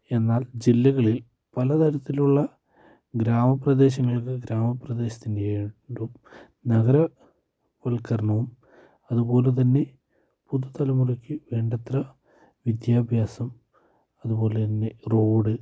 എന്നാൽ ജില്ലകളിൽ പലതരത്തിലുള്ള ഗ്രാമപ്രദേശങ്ങൾക്ക് ഗ്രാമപ്രദേശത്തിൻ്റെയും നഗരവൽകരണവും അതുപോലെതന്നെ പുതുതലമുറയ്ക്ക് വേണ്ടത്ര വിദ്യാഭ്യാസം അതുപോലെതന്നെ റോഡ്